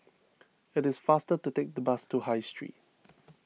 it is faster to take the bus to High Street